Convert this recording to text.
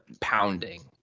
pounding